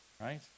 right